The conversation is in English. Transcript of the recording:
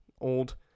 old